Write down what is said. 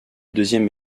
deuxième